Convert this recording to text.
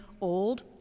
old